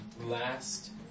last